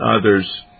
others